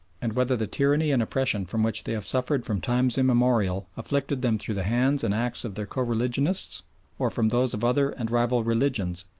and whether the tyranny and oppression from which they have suffered from times immemorial afflicted them through the hands and acts of their co-religionists or from those of other and rival religions,